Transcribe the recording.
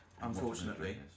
unfortunately